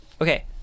Okay